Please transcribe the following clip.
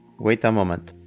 wait a moment.